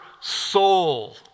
soul